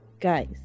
guys